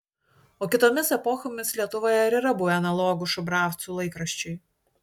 o kitomis epochomis lietuvoje ar yra buvę analogų šubravcų laikraščiui